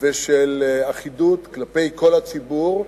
ושל אחידות כלפי כל הציבור,